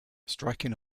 striking